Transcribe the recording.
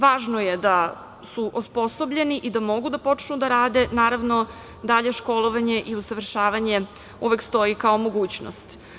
Važno je da su osposobljeni i da mogu da počnu da rade, naravno dalje školovanje i usavršavanje uvek stoji kao mogućnost.